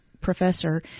professor